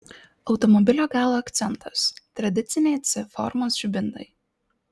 automobilio galo akcentas tradiciniai c formos žibintai